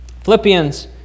Philippians